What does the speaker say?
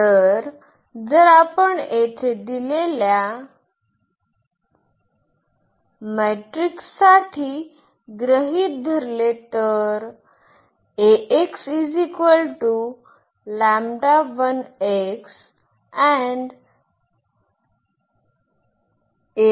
तर जर आपण येथे दिलेल्या मेट्रिक्ससाठी गृहित धरले तर